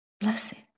blessing